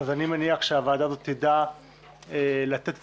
אז אני מניח שהוועדה הזאת תדע לתת את